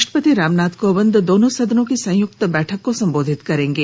राष्ट्रपति रामनाथ कोविंद दोनों सदनों की संयुक्त बैठक को संबोधित करेंगे